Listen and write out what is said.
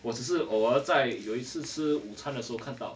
我只是偶尔在有一次吃午餐的时候看到